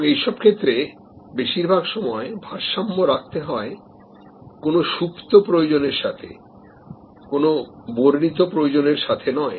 এবং এইসব ক্ষেত্রে বেশিরভাগ সময় ভারসাম্য রাখতে হয় কোন সুপ্ত প্রয়োজনের সাথে কোন বর্ণিত প্রয়োজনের সাথে নয়